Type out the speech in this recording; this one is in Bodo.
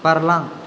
बारलां